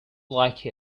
like